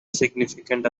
significant